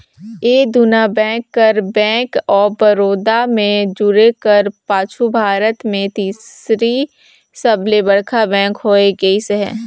ए दुना बेंक कर bank of Baroda में जुटे कर पाछू भारत में तीसर सबले बड़खा बेंक होए गइस अहे